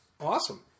Awesome